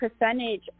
percentage